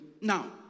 Now